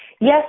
Yes